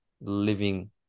living